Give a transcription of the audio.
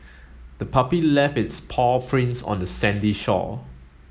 the puppy left its paw prints on the sandy shore